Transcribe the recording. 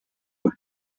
for